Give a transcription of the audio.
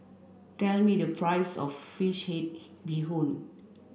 tell me the price of fish head bee hoon